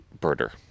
birder